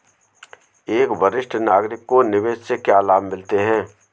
एक वरिष्ठ नागरिक को निवेश से क्या लाभ मिलते हैं?